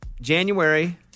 January